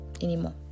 anymore